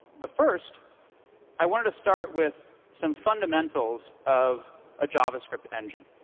but first i wanted to start with some fundamentals of a javascript engine.